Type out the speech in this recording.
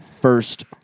first